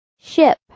Ship